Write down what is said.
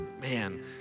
man